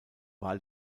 wahl